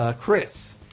Chris